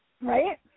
Right